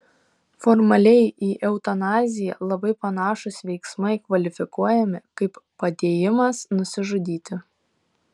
formaliai į eutanaziją labai panašūs veiksmai kvalifikuojami kaip padėjimas nusižudyti